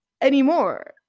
anymore